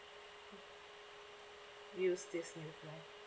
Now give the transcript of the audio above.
use this new plan